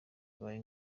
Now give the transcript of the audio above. bibaye